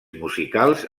musicals